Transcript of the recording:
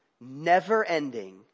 never-ending